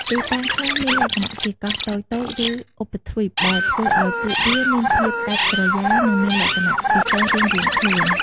ទីតាំងខ្លះមានលក្ខណៈជា កោះតូចៗ ឬឧបទ្វីប ដែលធ្វើឱ្យពួកវាមានភាពដាច់ស្រយាល និងមានលក្ខណៈពិសេសរៀងៗខ្លួន។